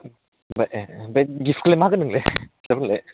ए ओमफ्राय गिफ्टखौलाय मा होगोन नोंलाय सारमोननो लाय